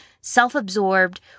self-absorbed